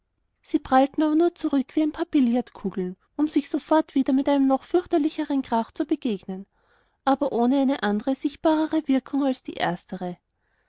sie prallten aber nur zurück wie ein paar billardkugeln um sich sofort wieder mit einem noch fürchterlicheren krach zu begegnen aber ohne eine andere sichtbarere wirkung als die erstere